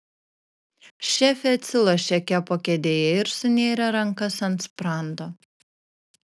šefė atsilošė kepo kėdėje ir sunėrė rankas ant sprando